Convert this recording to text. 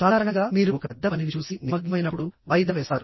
సాధారణంగా మీరు ఒక పెద్ద పనిని చూసి నిమగ్నమైనప్పుడు వాయిదా వేస్తారు